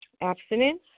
abstinence